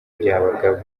byabagamba